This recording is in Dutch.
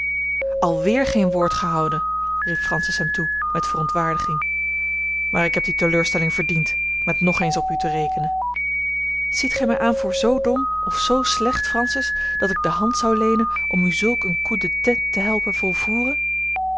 alweer geen woord gehouden riep francis hem toe met verontwaardiging maar ik heb die teleurstelling verdiend met nog eens op u te rekenen ziet gij mij aan voor zoo dom of zoo slecht francis dat ik de hand zou leenen om u zulk een coup de tête te helpen volvoeren